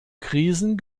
krisen